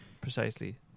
precisely